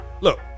Look